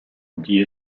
dit